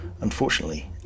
Unfortunately